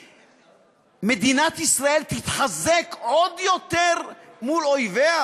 מדינת ישראל תתחזק עוד יותר מול אויביה?